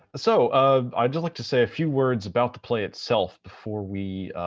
so, ah, i'd like to say a few words about the play itself before we,